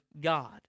God